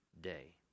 day